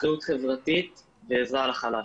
אחריות חברתית ועזרה לחלש.